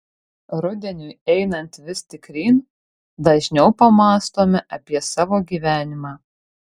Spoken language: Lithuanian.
rudeniui einant vis tikryn dažniau pamąstome apie savo gyvenimą